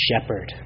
shepherd